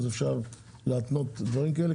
אפשר להתנות דברים כאלה,